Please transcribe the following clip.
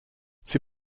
sie